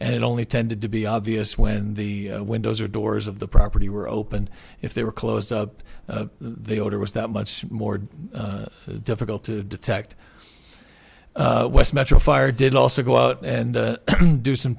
and it only tended to be obvious when the windows or doors of the property were opened if they were closed up the odor was that much more difficult to detect west metro fire did also go out and do some